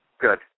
Good